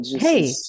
hey